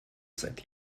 seit